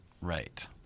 Right